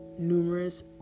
numerous